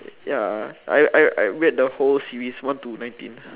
ya I I I read the whole series one to nineteen